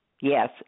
Yes